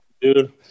dude